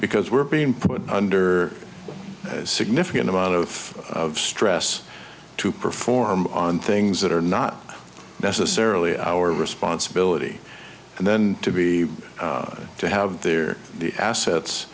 because we're being put under a significant amount of stress to perform on things that are not necessarily our responsibility and then to be to have their the assets